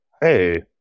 hey